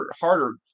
harder